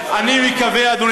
ואתה יודע שזה לא